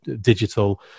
digital